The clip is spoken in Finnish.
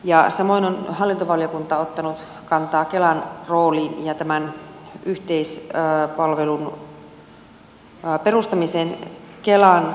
samoin on hallintovaliokunta ottanut kantaa kelan rooliin ja tämän yhteispalvelun perustamiseen kelan toimesta